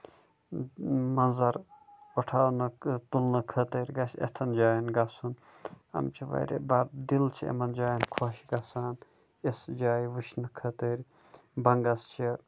مَنظر پَٹھاونہٕ تُلنہٕ خٲطرٕ گژھِ یِتھیٚن جایَن گژھُن یِم چھِ واریاہ دِل چھُ یِمَن جاین خۄش گژھان یِژھٕ جایہِ وُچھنہٕ خٲطٔر بَنگَس چھِ